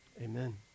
Amen